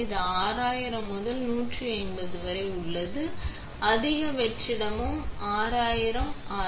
இது 6000 வரை 150 வரை உள்ளது அதிக வெற்றிடமும் 6000 ஆர்